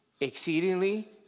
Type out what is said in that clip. exceedingly